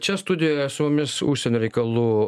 čia studijoje su mumis užsienio reikalų